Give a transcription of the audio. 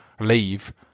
leave